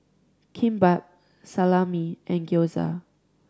Kimbap Salami and Gyoza